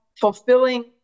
fulfilling